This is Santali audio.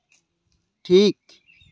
ᱴᱷᱤᱠ